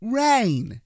rain